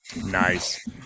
Nice